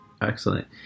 Excellent